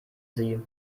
sie